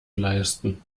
leisten